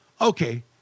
Okay